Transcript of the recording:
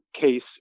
case